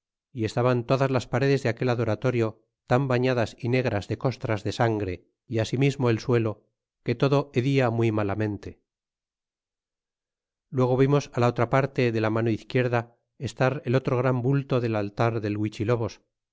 y estaban todaslas paredes de aquel adoratorio tan bañadas y negras de costras de sangre y asimismo el suelo que todo hedia muy malamente luego vimos la otra parte do la mano izquierda estar el otro gran bulto del altor del